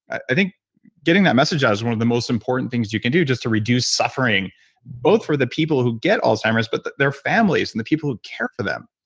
i think getting that message out is one of the most important things you can do just to reduce suffering both for the people who get alzheimer's, but their families and the people who care for them.